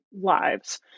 lives